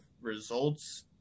results